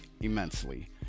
immensely